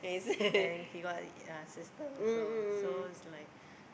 and he got a sister also so it's like